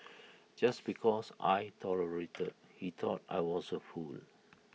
just because I tolerated he thought I was A fool